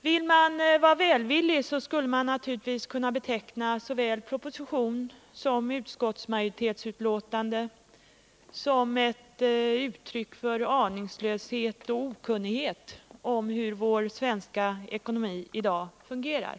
Vill man vara välvillig, skulle man naturligtvis kunna beteckna såväl propositionen som utskottsmajoritetens förslag som uttryck för aningslöshet och okunnighet om hur vår svenska ekonomi i dag fungerar.